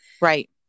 Right